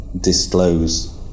disclose